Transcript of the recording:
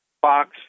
Fox